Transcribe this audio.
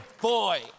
boy